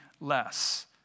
less